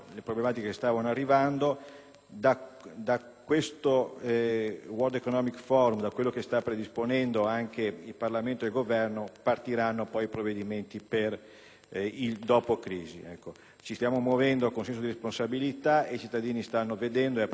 Dal Word Economic Forum e da ciò che stanno predisponendo anche Parlamento e Governo partiranno provvedimenti per il dopo-crisi. Ci stiamo muovendo con senso di responsabilità e i cittadini stanno vedendo e apprezzando il lavoro del Governo e del Parlamento.